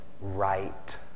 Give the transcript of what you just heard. right